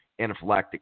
anaphylactic